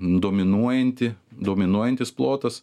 dominuojanti dominuojantis plotas